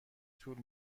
طول